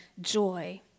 joy